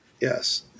yes